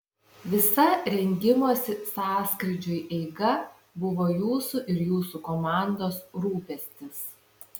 visa rengimosi sąskrydžiui eiga buvo jūsų ir jūsų komandos rūpestis